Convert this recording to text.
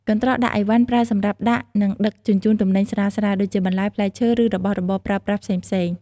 កន្ត្រកដាក់ឥវ៉ាន់ប្រើសម្រាប់ដាក់ និងដឹកជញ្ជូនទំនិញស្រាលៗ ដូចជាបន្លែ ផ្លែឈើ ឬរបស់របរប្រើប្រាស់ផ្សេងៗ។